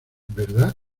verdad